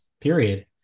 period